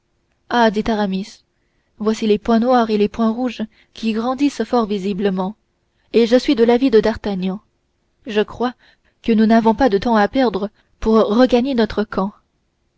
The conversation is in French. ah dit aramis voici les points noirs et les points rouges qui grandissent fort visiblement et je suis de l'avis de d'artagnan je crois que nous n'avons pas de temps à perdre pour regagner notre camp